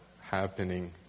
happening